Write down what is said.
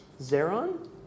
Zeron